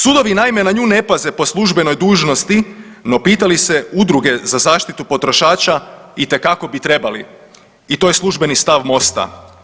Sudovi naime na nju ne paze po službenoj dužnosti no pita li se Udruge za zaštitu potrošača itekako bi trebali i to službeni stav MOST-a.